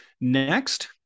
Next